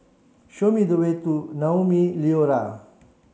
show me the way to Naumi Liora